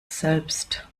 selbst